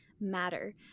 matter